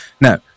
Now